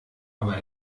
aber